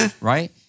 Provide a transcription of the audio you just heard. right